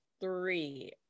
three